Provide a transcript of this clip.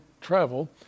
travel